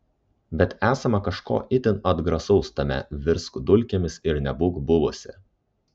bet esama kažko itin atgrasaus tame virsk dulkėmis ir nebūk buvusi